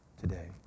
today